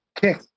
kick